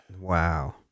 Wow